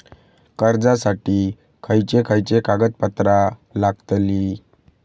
कर्जासाठी खयचे खयचे कागदपत्रा लागतली?